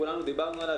שכולנו דיברנו עליה,